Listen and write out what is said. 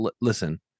Listen